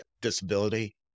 disability